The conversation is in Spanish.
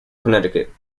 connecticut